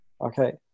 Okay